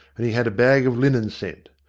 and he had a bag of linen sent.